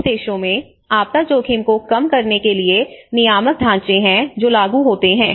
अमीर देशों में आपदा जोखिम को कम करने के लिए नियामक ढांचे हैं जो लागू होते हैं